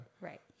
Right